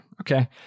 okay